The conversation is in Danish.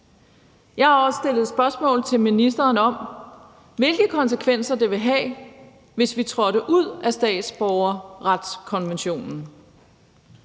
Jeg har også stillet spørgsmål til ministeren om, hvilke konsekvenser det vil have, hvis vi trådte ud af statsborgerretskonventionen,